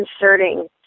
inserting